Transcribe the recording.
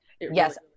yes